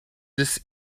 this